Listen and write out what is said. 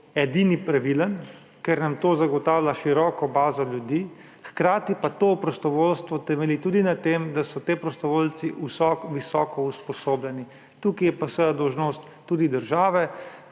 edini pravilen, ker nam to zagotavlja široko bazo ljudi, hkrati pa to prostovoljstvo temelji tudi na tem, da so ti prostovoljci visoko usposobljeni. Tukaj je pa seveda dolžnost tudi države,